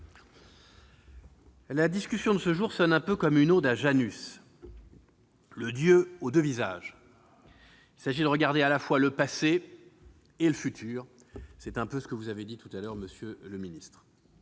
la discussion de ce jour sonne un peu comme une ode à Janus, le dieu aux deux visages : il s'agit de regarder à la fois le passé et le futur. C'est un peu ce que vous avez dit, monsieur le ministre.